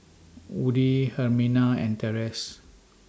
Woody Herminia and Terese